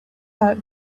out